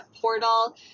portal